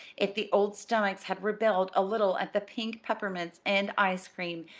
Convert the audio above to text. if the old stomachs had rebelled a little at the pink peppermints and ice cream,